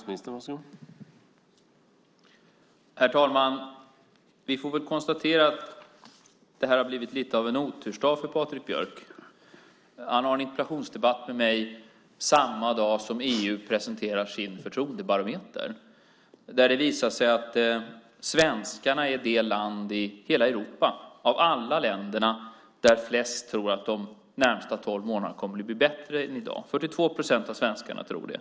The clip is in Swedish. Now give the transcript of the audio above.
Herr talman! Vi får väl konstatera att det här har blivit lite av en otursdag för Patrik Björck. Han har en interpellationsdebatt med mig samma dag som EU presenterar sin förtroendebarometer där det visar sig att Sverige är det land av alla länderna i hela Europa där flest tror att de närmaste tolv månaderna kommer att bli bättre än i dag. 42 procent av svenskarna tror det.